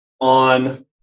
on